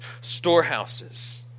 storehouses